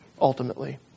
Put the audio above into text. ultimately